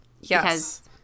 Yes